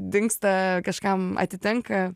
dingsta kažkam atitenka